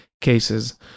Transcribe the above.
cases